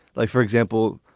like, for example,